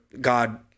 God—